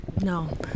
No